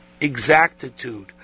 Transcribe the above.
exactitude